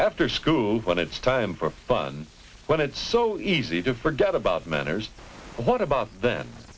after school when it's time for fun when it's so easy to forget about manners what about the